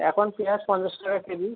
এখন পেঁয়াজ পঞ্চাশ টাকা কেজি